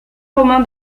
romain